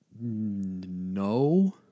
No